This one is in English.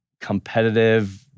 competitive